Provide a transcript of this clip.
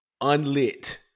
unlit